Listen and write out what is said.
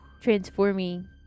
transforming